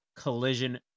Collision